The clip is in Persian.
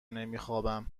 نمیخوابم